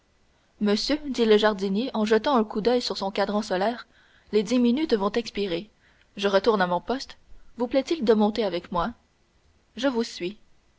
monsieur dit le jardinier en jetant un coup d'oeil sur son cadran solaire les dix minutes vont expirer je retourne à mon poste vous plaît-il de monter avec moi je vous suis